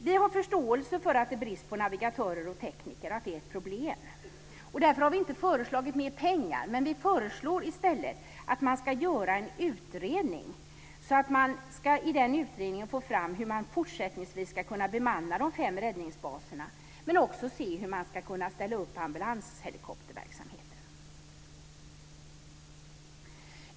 Vi har förståelse för att det är brist på navigatörer och tekniker och att det är ett problem. Därför har vi inte föreslagit mer pengar. Vi föreslår i stället att man ska göra en utredning så att man kan få fram hur de fem räddningsbaserna fortsättningsvis ska kunna bemannas. Vi vill också se hur man ska kunna ställa upp verksamheten med ambulanshelikoptrar.